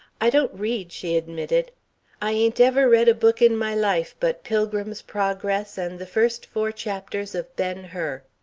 i don't read, she admitted i ain't ever read a book in my life but pilgrim's progress and the first four chapters of ben hur.